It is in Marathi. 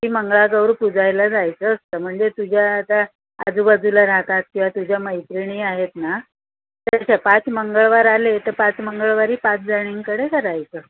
ती मंगळागौर पूजायला जायचं असतं म्हणजे तुझ्या आता आजूबाजूला राहतात किंवा तुझ्या मैत्रिणी आहेत ना तशा पाच मंगळवार आले तर पाच मंगळवारी पाचजणींकडे करायचं